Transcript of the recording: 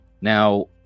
Now